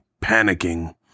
panicking